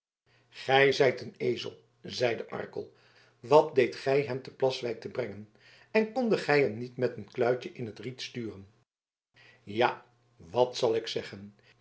gij zijt een ezel zeide arkel wat deedt gij hem te plaswijk te brengen en kondet gij hem niet met een kluitje in t riet sturen ja wat zal ik zeggen